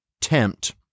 tempt